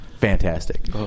fantastic